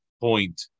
point